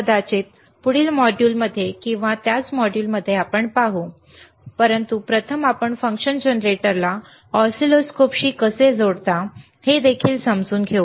कदाचित पुढील मॉड्यूलमध्ये किंवा त्याच मॉड्यूलमध्ये आपण पाहू परंतु प्रथम आपण फंक्शन जनरेटरला ऑसिलोस्कोपशी कसे जोडता येईल ते समजून घेऊ